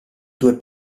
due